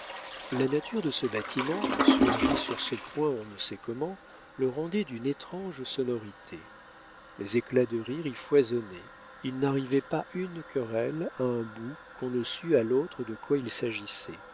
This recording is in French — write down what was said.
la nature de ce bâtiment surgi sur ce point on ne sait comment le rendait d'une étrange sonorité les éclats de rire y foisonnaient il n'arrivait pas une querelle à un bout qu'on ne sût à l'autre de quoi il s'agissait